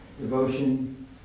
devotion